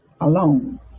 alone